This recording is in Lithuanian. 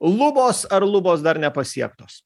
lubos ar lubos dar nepasiektos